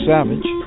Savage